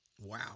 Wow